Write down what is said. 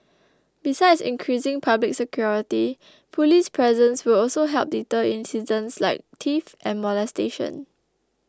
besides increasing public security police presence will also help deter incidents like theft and molestation